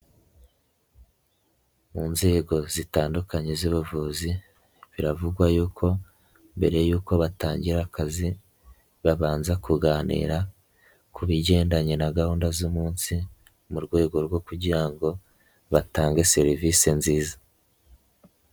Mu nzego zitandukanye z'ubavuzi biravugwa y'uko mbere y'uko batangira akazi babanza kuganira ku bigendanye na gahunda z'umunsi mu rwego rwo kugira ngo batange serivisi nziza.